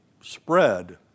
spread